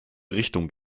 richtung